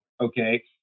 okay